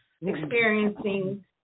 experiencing